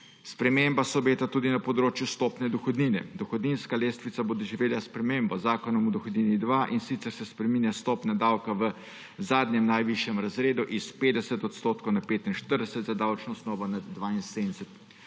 Sprememba se obeta tudi na področju stopnje dohodnine. Dohodninska lestvica bo doživela spremembo z Zakonom o dohodnini-2, in sicer se spreminja stopnja davka v zadnjem, najvišjem razredu s 50 odstotkov na 45 za davčno osnovo nad 72